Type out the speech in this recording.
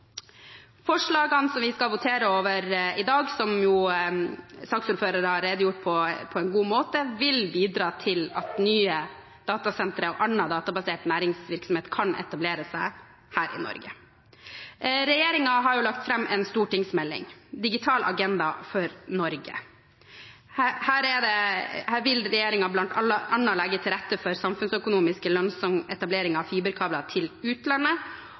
Forslagene som vi skal votere over i dag, som saksordføreren har redegjort for på en god måte, vil bidra til at nye datasentre og annen databasert næringsvirksomhet kan etablere seg her i Norge. Regjeringen har lagt fram stortingsmeldingen Digital agenda for Norge. Her vil regjeringen bl.a. legge til rette for samfunnsøkonomisk lønnsom etablering av fiberkabler til utlandet.